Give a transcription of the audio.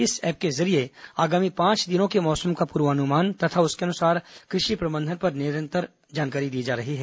इस ऐप के जरिये आगामी पांच दिनों का मौसम पूर्वानुमान तथा उसके अनुसार कृषि प्रबंधन पर निरंतर जानकारी दी जा रही है